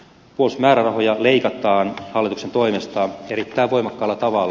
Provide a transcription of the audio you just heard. puolustusmäärärahoja leikataan hallituksen toimesta erittäin voimakkaalla tavalla